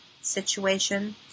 situation